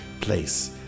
place